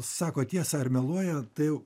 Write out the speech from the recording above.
sako tiesą ar meluoja tai